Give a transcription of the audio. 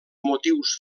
motius